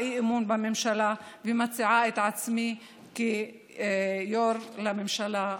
מציעה אי-אמון בממשלה ומציעה את עצמי כראש לממשלה החליפית.